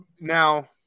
now